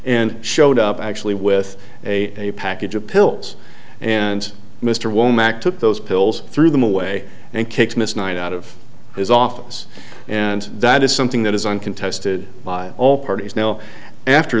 and showed up actually with a package of pills and mr womack took those pills threw them away and kicked miss night out of his office and that is something that is uncontested by all parties now after